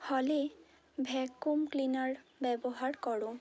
হলে vacuum cleaner ব্যবহার করো